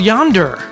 Yonder